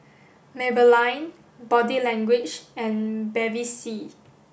Maybelline Body Language and Bevy C